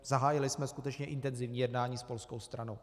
Zahájili jsme skutečně intenzivní jednání s polskou stranou.